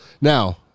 Now